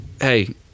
Hey